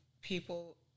people